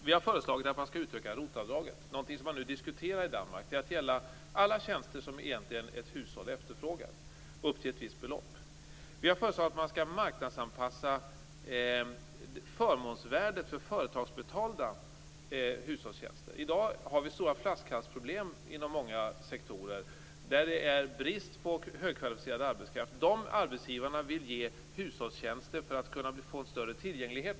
Vi har föreslagit att man skall utöka ROT avdraget, någonting som man nu diskuterar i Danmark, till att gälla alla tjänster som ett hushåll efterfrågar upp till ett visst belopp. Vi har föreslagit att man skall marknadsanpassa förmånsvärdet för företagsbetalda hushållstjänster. I dag har vi stora flaskhalsproblem inom många sektorer där det är brist på högkvalificerad arbetskraft. De arbetsgivarna vill ge hushållstjänster bl.a. för att få större tillgänglighet.